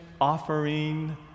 offering